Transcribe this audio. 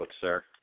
sir